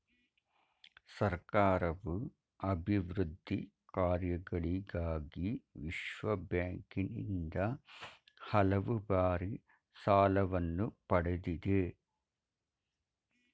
ಸರ್ಕಾರವು ಅಭಿವೃದ್ಧಿ ಕಾರ್ಯಗಳಿಗಾಗಿ ವಿಶ್ವಬ್ಯಾಂಕಿನಿಂದ ಹಲವು ಬಾರಿ ಸಾಲವನ್ನು ಪಡೆದಿದೆ